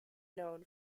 known